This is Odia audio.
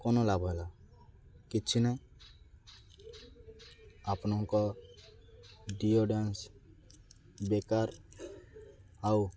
କ'ଣ ଲାଭ ହେଲା କିଛି ନାହିଁ ଆପଣଙ୍କ ଡିଓଡ୍ରାନ୍ସ ବେକାର ଆଉ